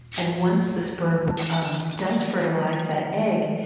and once the sperm um does fertilize that egg,